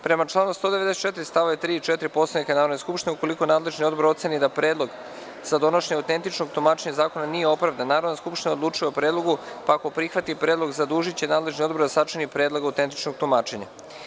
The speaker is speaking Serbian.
Prema članu 194. st. 3. i 4. Poslovnika Narodne skupštine, ukoliko nadležni odbor oceni da predlog za donošenje autentičnog tumačenja zakona nije opravdan, Narodna skupština odlučuje o predlogu, pa ako prihvati predlog zadužiće nadležni odbor da sačini predlog autentičnog tumačenja.